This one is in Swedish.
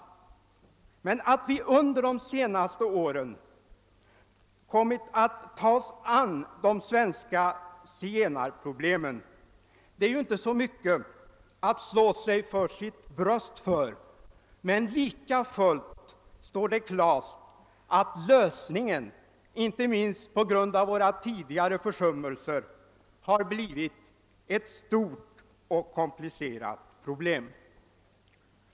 Att vi under de senaste åren kommit att ta oss an de svenska zigenarproblemen är inte något att slå sig för sitt bröst för. Men likafullt står det klart att lösningen, inte minst på grund av våra tidigare försummelser, har blivit ett stort och komplicerat problem.